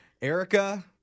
Erica